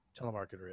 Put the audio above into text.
telemarketer